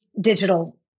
digital